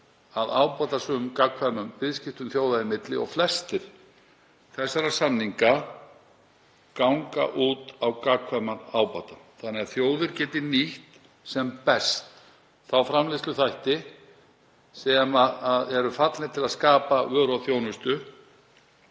að ábatasömum og gagnkvæmum viðskiptum þjóða í milli. Flestir þessara samninga ganga út á gagnkvæman ábata þannig að þjóðir geti nýtt sem best þá framleiðsluþætti sem henta til að skapa vöru og þjónustu.